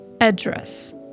address